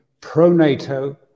pro-NATO